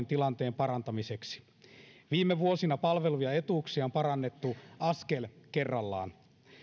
tilanteen parantamiseksi viime vuosina palveluja ja etuuksia on parannettu askel kerrallaan